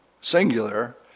singular